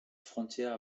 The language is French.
frontière